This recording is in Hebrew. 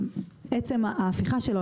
מדע וטכנולוגיה הופכת להיות ל- One stop